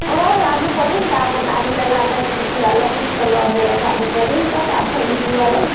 लानु पर्यो नि त अब नानीलाई लाँदाखेरि बुढालाई पनि त लगेर जानु पर्यो नि त कहाँ छोड्नु बुढालाई